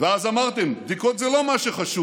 ואז אמרתם: בדיקות זה לא מה שחשוב,